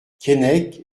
keinec